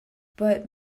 but